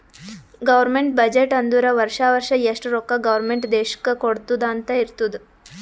government budget ಅಂದುರ್ ವರ್ಷಾ ವರ್ಷಾ ಎಷ್ಟ ರೊಕ್ಕಾ ಗೌರ್ಮೆಂಟ್ ದೇಶ್ಕ್ ಕೊಡ್ತುದ್ ಅಂತ್ ಇರ್ತುದ್